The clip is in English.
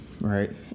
right